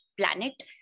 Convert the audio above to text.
planet